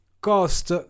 cost